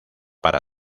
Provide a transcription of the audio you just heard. para